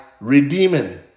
redeeming